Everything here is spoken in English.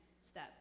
step